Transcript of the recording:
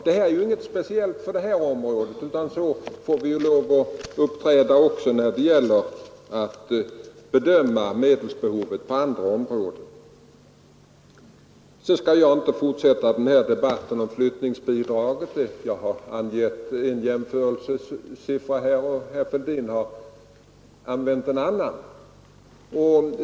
Det är inget speciellt för detta område, utan så får vi lov att uppträda också när det gäller att bedöma medelsbehovet på andra områden. Debatten om flyttningsbidragen skall jag inte fortsätta. Jag har angett en jämförelsesiffra och herr Fälldin en annan.